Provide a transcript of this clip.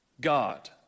God